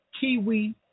kiwi